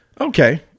Okay